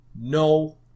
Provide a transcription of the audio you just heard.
no